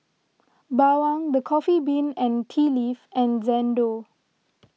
Bawang the Coffee Bean and Tea Leaf and Xndo